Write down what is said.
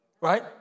right